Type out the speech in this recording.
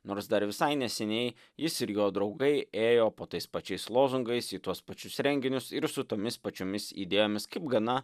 nors dar visai neseniai jis ir jo draugai ėjo po tais pačiais lozungais į tuos pačius renginius ir su tomis pačiomis idėjomis kaip gana